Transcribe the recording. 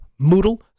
Moodle